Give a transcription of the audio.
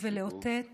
ולאותת